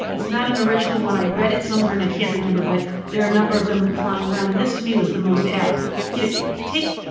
it's not an original one. i read it somewhere and i can't remember. but there are a number of them flying around in this to me was the most apt to you know take,